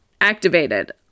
activated